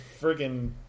friggin